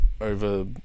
over